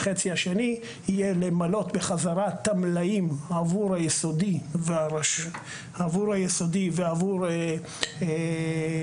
החצי השני יהיה למלא בחזרה את המלאים עבור היסודי ועבור הרשות